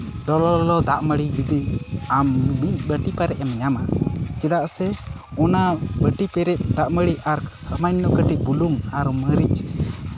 ᱞᱚᱞᱚ ᱞᱚᱞᱚ ᱫᱟᱜᱢᱟᱹᱲᱤ ᱡᱩᱫᱤ ᱟᱢ ᱢᱤᱫ ᱵᱟᱹᱴᱤ ᱯᱮᱨᱮᱡ ᱮᱢ ᱧᱟᱢᱟ ᱪᱮᱫᱟᱜ ᱥᱮ ᱚᱱᱟ ᱵᱟᱹᱴᱤ ᱯᱮᱨᱮᱡ ᱫᱟᱜ ᱢᱟᱹᱲᱤ ᱟᱨ ᱥᱟᱢᱟᱱᱱᱚ ᱠᱟᱹᱴᱤᱡ ᱵᱩᱞᱩᱝ ᱟᱨ ᱢᱟᱨᱤᱪ